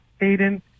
Aiden